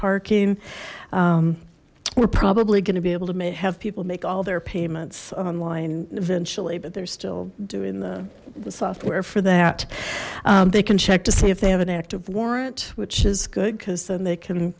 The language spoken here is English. parking we're probably going to be able to may have people make all their payments online eventually but they're still doing the software for that they can check to see if they have an active warrant which is good because then they can